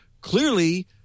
clearly